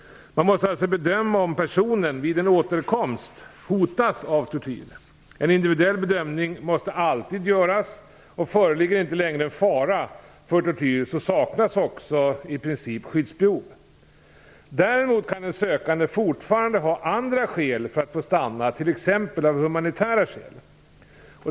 Man måste alltså bedöma om personen - vid en återkomst - hotas av tortyr. En individuell bedömning måste alltid göras, och föreligger inte längre en fara för tortyr så saknas också i princip skyddsbehov. Däremot kan den sökande fortfarande ha andra skäl för att få stanna, t.ex. humanitära.